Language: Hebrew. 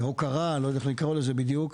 הוקרה, לא יודע איך לקרוא לזה בדיוק,